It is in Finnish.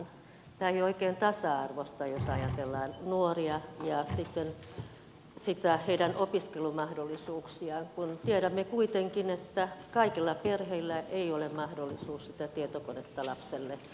tämä ei ole oikein tasa arvoista jos ajatellaan nuoria ja heidän opiskelumahdollisuuksiaan kun tiedämme kuitenkin että kaikilla perheillä ei ole mahdollisuutta sitä tietokonetta lapselle ostaa